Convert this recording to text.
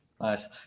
Nice